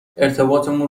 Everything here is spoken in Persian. ارتباطمون